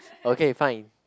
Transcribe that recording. okay fine